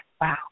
wow